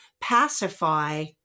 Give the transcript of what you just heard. pacify